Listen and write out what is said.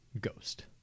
Ghost